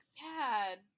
sad